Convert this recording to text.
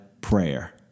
prayer